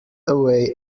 away